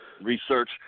research